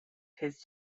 his